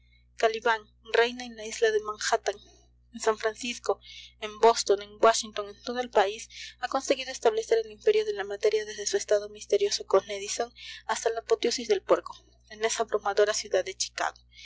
reina en la isla de manhattan en san francisco en boston en washington en todo el país ha conseguido establecer el imperio de la materia desde su estado misterioso con edison hasta la apoteosis del puerco en esa abrumadora ciudad de chicago